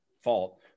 fault